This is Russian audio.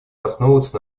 основываться